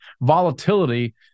volatility